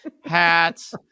hats